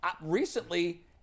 recently